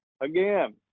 again